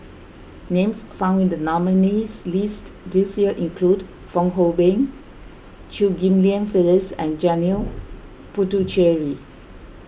names found in the nominees' list this year include Fong Hoe Beng Chew Ghim Lian Phyllis and Janil Puthucheary